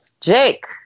Jake